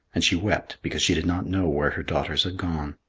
and she wept because she did not know where her daughters had gone.